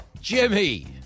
Jimmy